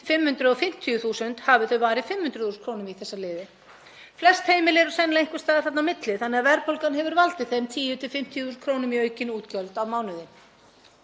550.000 hafi þau varið 500.000 kr. í þessa liði. Flest heimili eru sennilega einhvers staðar þarna á milli, þannig að verðbólgan hefur valdið þeim 10–50.000 kr. í aukin útgjöld á mánuði.